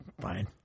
fine